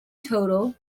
total